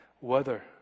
weather